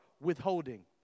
withholding